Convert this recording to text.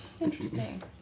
Interesting